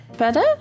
better